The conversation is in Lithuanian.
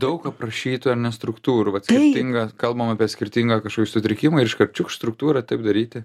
daug aprašytų ar ne struktūrų skirtinga kalbam apie skirtingą kažkokį sutrikimą ir iškart struktūra taip daryti